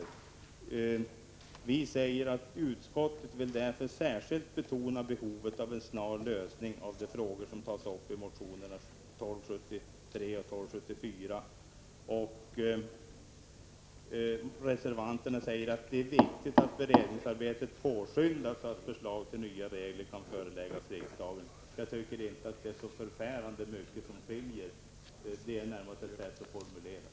Utskottsmajoriteten skriver: ”Utskottet vill därför särskilt betona behovet av en snar lösning av de frågor som tas upp i motionerna 1273 och 1274.” Reservanterna skriver: ”Det är därför viktigt att beredningsarbetet påskyndas så att förslag till nya regler kan föreläggas riksdagen ——-.” Jag tycker inte att det är så särskilt mycket som skiljer. Det är närmast en formuleringssak.